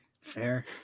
Fair